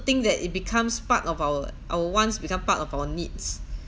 think that it becomes part of our our wants become part of our needs